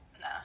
Nah